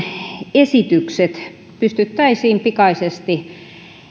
esitykset pystyttäisiin pikaisesti